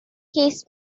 his